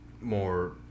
more